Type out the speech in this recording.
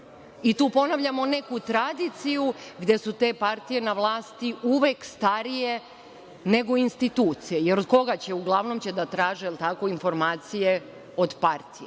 I tu ponavljamo neku tradiciju, gde su te partije uvek starije, nego institucije. Jer koga će? Uglavnom će da traže informacije od partija